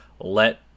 let